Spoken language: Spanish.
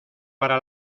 para